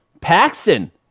Paxton